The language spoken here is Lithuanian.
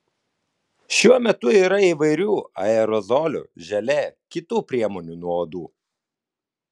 šiuo metu yra įvairių aerozolių želė kitų priemonių nuo uodų